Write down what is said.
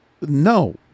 No